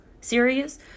series